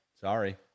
Sorry